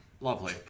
Lovely